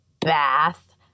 bath